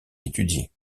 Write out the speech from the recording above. étudier